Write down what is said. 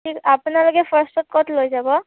আপোনালোকে ফাৰ্ষ্টত ক'ত লৈ যাব